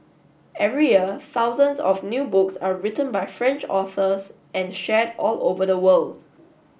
every year thousands of new books are written by French authors and shared all over the worlds